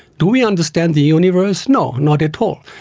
do we understand the universe? no, not at all.